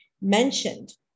mentioned